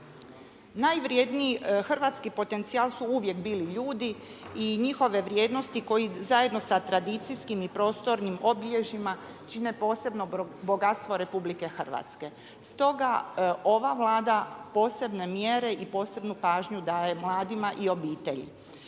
Najvrjedniji hrvatski potencijal su uvijek bili ljudi i njihove vrijednosti koji zajedno sa tradicijskim i prostornim obilježjima čine posebno bogatstvo Republike Hrvatske. Stoga ova Vlada posebne mjere i posebnu pažnju daje mladima i obitelji.